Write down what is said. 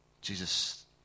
Jesus